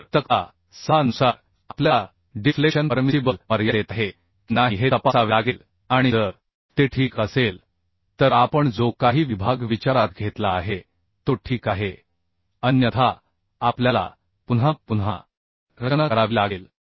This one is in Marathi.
तर तक्ता 6 नुसार आपल्याला डिफ्लेक्शन परमिसिबल मर्यादेत आहे की नाही हे तपासावे लागेल आणि जर ते ठीक असेल तर आपण जो काही विभाग विचारात घेतला आहे तो ठीक आहे अन्यथा आपल्याला पुन्हा पुन्हा रचना करावी लागेल